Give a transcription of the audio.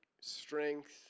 strength